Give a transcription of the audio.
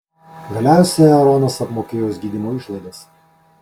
galiausiai aaronas apmokėjo jos gydymo išlaidas